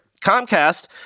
Comcast